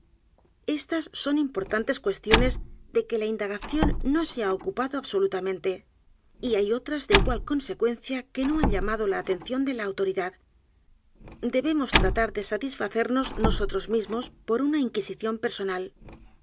estas son importantes cuestiones de que la indagación no se h a ocupado absolut a m e n t e y hay otras de igual consecuencia que no han llamado la atención de la autoridad debemos t r a tar de satisfacernos nosotros mismos por una inquisición personal